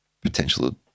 potential